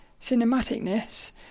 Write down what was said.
cinematicness